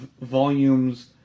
volumes